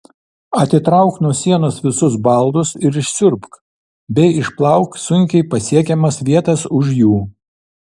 atitrauk nuo sienos visus baldus ir išsiurbk bei išplauk sunkiai pasiekiamas vietas už jų